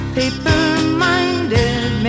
paper-minded